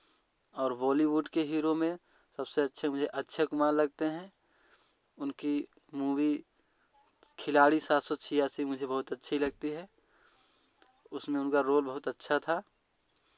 और बॉलीवुड के हीरो में सबसे अच्छे मुझे अक्षय कुमार लगते हैं उनकी मूवी खिलाड़ी सात सौ छियासी मुझे बहुत अच्छी लगती है उसमें उनका रोल बहुत अच्छा था